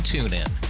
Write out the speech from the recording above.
TuneIn